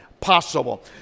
possible